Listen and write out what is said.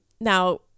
Now